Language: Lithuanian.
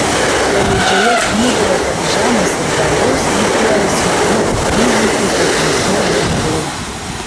solidžioje knygoje tarp žemės ir dangaus rikiuojasi dzūkų kryžiai kaip atminties ženklai